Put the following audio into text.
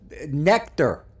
Nectar